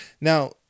now